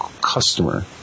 customer